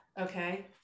Okay